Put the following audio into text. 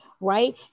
right